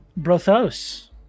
Brothos